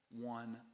one